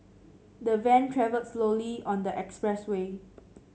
the van travelled slowly on the expressway